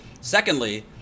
Secondly